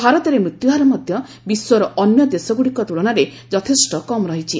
ଭାରତରେ ମୃତ୍ୟୁହାର ମଧ୍ୟ ବିଶ୍ୱର ଅନ୍ୟ ଦେଶଗୁଡ଼ିକ ତୁଳନାରେ ଯଥେଷ୍ଟ କମ୍ ରହିଛି